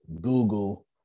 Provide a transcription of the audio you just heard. Google